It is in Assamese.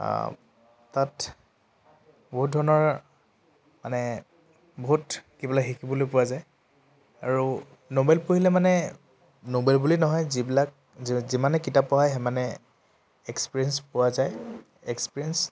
তাত বহুত ধৰণৰ মানে বহুত কিবাই শিকিবলৈ পোৱা যায় আৰু ন'ভেল পঢ়িলে মানে ন'ভেল বুলি নহয় যিবিলাক যিমানে কিতাপ পঢ়া হয় সিমানে এক্সপিৰিয়েঞ্চ পোৱা যায় এক্সপিৰিয়েঞ্চ